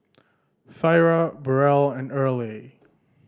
Thyra Burrel and Earley